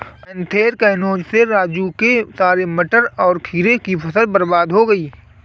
anthracnose से राजू के सारे टमाटर और खीरे की फसल बर्बाद हो गई